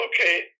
Okay